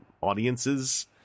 audiences